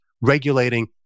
regulating